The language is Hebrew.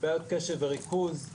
בעיית קשב וריכוז,